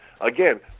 Again